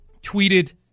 tweeted